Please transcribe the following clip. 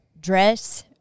dress